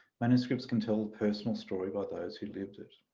manuscripts can tell the personal story by those who lived it.